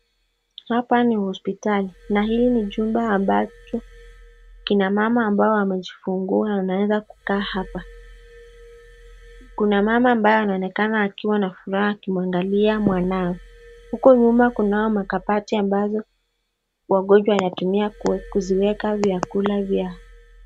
Hapa ni hospitali na hili ni jumba ambacho kina mama ambao wamejifungua wanaweza kukaa hapa. Kuna mama ambaye anaonekana akiwa na furaha akimwangalia mwanawe, huku nyuma kunao makabati ambazo wagonjwa wanatumia kuziweka vyakula vyao.